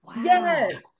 Yes